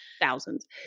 thousands